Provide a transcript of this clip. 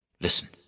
Listen